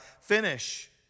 finish